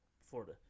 Florida